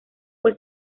fue